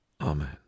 Amen